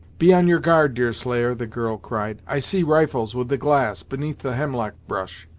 be on your guard, deerslayer, the girl cried i see rifles with the glass, beneath the hemlock brush,